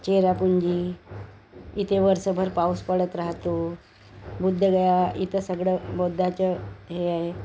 चेरापुंजी इथे वर्षभर पाऊस पडत राहतो बुद्धगया इथं सगळं बौद्धाचं हे आहे